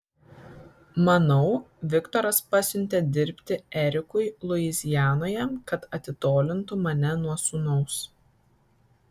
manau viktoras pasiuntė dirbti erikui luizianoje kad atitolintų mane nuo sūnaus